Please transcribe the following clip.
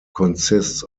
consists